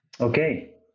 okay